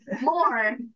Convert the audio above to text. more